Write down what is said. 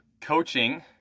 coaching